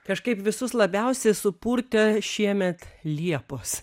kažkaip visus labiausiai supurtė šiemet liepos